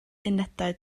unedau